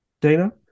Dana